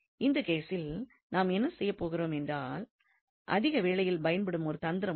இந்த கேசில் நாம் என்ன செய்ய போகிறோம் என்றால் அதிக வேளையில் பயன்படும் ஒரு தந்திரம் உள்ளது